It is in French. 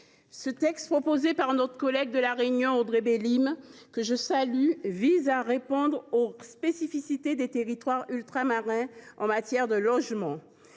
ce texte, proposé par notre collègue élue de La Réunion Audrey Bélim, que je salue, vise à répondre aux spécificités des territoires ultramarins en matière de logement.